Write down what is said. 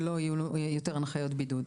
שלא יהיו יותר שום הנחיות בידוד.